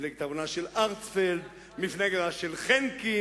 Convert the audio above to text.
מפלגת העבודה של הרצפלד, מפלגת העבודה של חנקין,